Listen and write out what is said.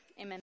amen